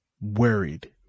worried